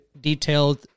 detailed